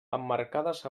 emmarcades